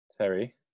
Terry